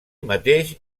mateix